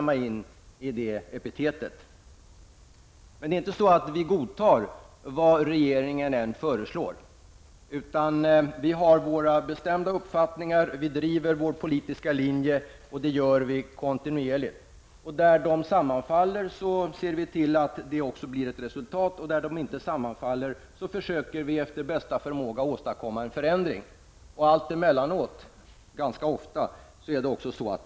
Men vi godtar inte vad än regeringen föreslår. Vi har vår bestämda uppfattning, och vi driver vår politiska linje kontinuerligt. Där linjerna sammanfaller ser vi till att det blir resultat. Där linjerna inte sammanfaller försöker vi efter bästa förmåga att åstadkomma en förändring. Alltemellanåt, ganska ofta, lyckas vi.